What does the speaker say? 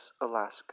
Alaska